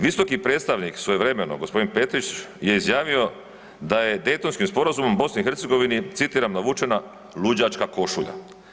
Visoki predstavnik svojevremeno g. Petrić je izjavio da je Daytonskim sporazumom u BiH citiram „navučena luđačka košulja“